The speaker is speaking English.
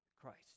Christ